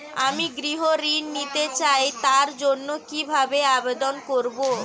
আমি গৃহ ঋণ নিতে চাই তার জন্য কিভাবে আবেদন করব?